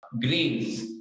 greens